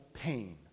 pain